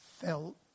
felt